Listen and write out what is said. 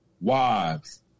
Wives